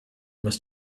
must